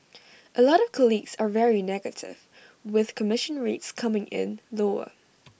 A lot of colleagues are very negative with commission rates coming in lower